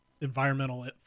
environmental